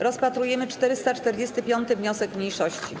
Rozpatrujemy 445. wniosek mniejszości.